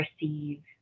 receive